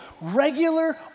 regular